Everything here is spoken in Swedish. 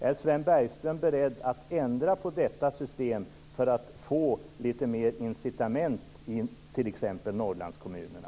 Är Sven Bergström beredd att ändra på detta system för att få lite mer incitament i t.ex. Norrlandskommunerna?